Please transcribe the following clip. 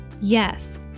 Yes